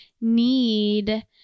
need